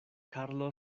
karlo